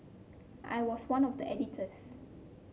I was one of the editors